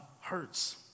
hurts